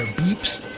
ah beeps,